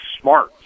smart